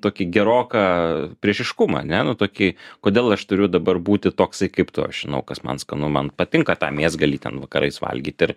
tokį geroką priešiškumą ane nu tokį kodėl aš turiu dabar būti toksai kaip tu aš žinau kas man skanu man patinka tą mėsgalį ten vakarais valgyt ir